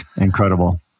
incredible